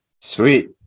sweet